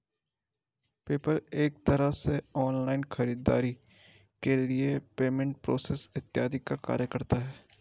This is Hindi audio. पेपल एक तरह से ऑनलाइन खरीदारी के लिए पेमेंट प्रोसेसर इत्यादि का कार्य करता है